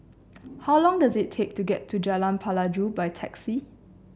how long does it take to get to Jalan Pelajau by taxi